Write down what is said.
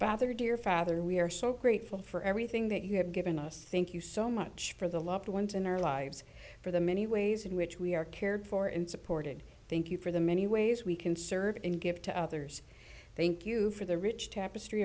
bather dear father we are so grateful for everything that you have given us thank you so much for the loved ones in our lives for the many ways in which we are cared for in supporting thank you for the many ways we can serve and give to others thank you for the rich tapestry